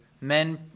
men